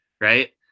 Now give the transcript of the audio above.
right